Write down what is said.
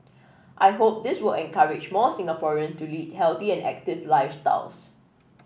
I hope this will encourage more Singaporean to lead healthy and active lifestyles